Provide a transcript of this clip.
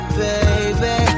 baby